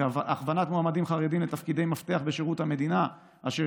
הכוונת מועמדים חרדים לתפקידי מפתח בשירות המדינה אשר